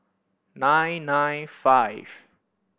nine nine five